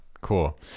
Cool